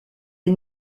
est